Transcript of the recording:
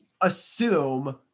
Assume